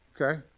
okay